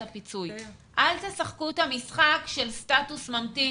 ולנהל את פתיחת המסגרות מ-0 3 ובהמשך גם את המסגרות האחרות.